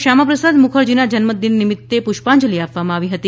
શ્યામા પ્રસાદ મુખર્જી ના જન્મદિન નિમિત્તે પુષ્પાંજલિ આપવામાં આવી હતી